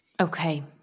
okay